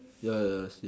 ya ya I see